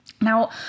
now